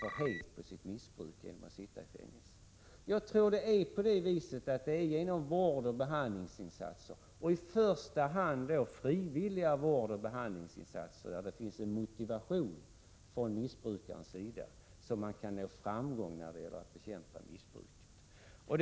Jag tror att det är genom vård och behandlingsinsatser — i första hand frivilliga vårdoch behandlingsinsatser med en motivation från missbrukarens sida — som man kan nå framgång när det gäller att bekämpa missbruk.